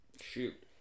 shoot